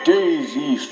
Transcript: Daisy